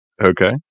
Okay